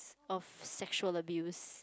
of sexual abuse